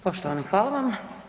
Poštovani, hvala vam.